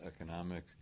economic